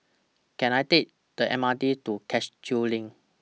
Can I Take The M R T to Cashew LINK